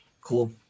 Cool